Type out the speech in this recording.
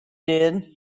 did